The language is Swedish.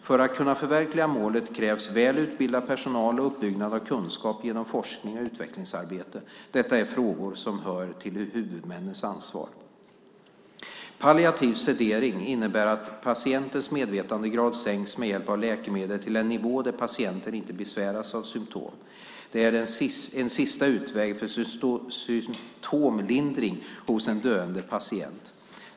För att kunna förverkliga målet krävs väl utbildad personal och uppbyggnad av kunskap genom forskning och utvecklingsarbete. Detta är frågor som hör till huvudmännens ansvar. Palliativ sedering innebär att patientens medvetandegrad sänks med hjälp av läkemedel till en nivå där patienten inte besväras av symtom. Det här är en sista utväg för symtomlindring hos en döende patient.